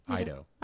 Ido